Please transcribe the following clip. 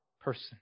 person